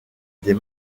des